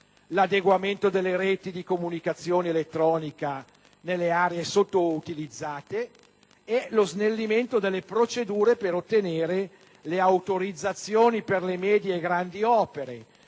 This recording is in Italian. l'adeguamento delle reti di comunicazione elettronica nelle aree sottoutilizzate e lo snellimento delle procedure per ottenere le autorizzazioni per le medie e grandi opere,